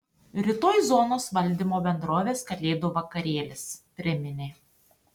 rytoj zonos valdymo bendrovės kalėdų vakarėlis priminė